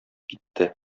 китте